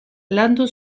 landu